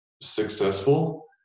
successful